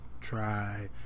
try